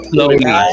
Slowly